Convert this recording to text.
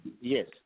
Yes